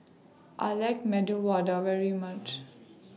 I like Medu Vada very much